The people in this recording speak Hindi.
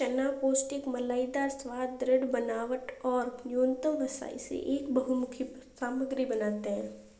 चना पौष्टिक मलाईदार स्वाद, दृढ़ बनावट और न्यूनतम वसा इसे एक बहुमुखी सामग्री बनाते है